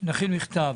שנכין מכתב.